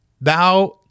thou